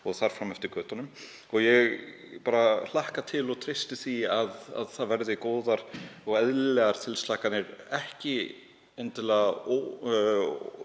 og þar fram eftir götunum. Ég hlakka bara til og treysti því að það verði góðar og eðlilegar tilslakanir, ekki endilega